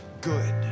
good